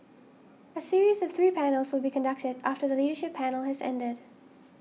a series of three panels will be conducted after the leadership panel has ended